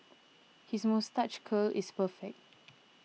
his moustache curl is perfect